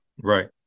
right